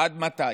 עד מתי?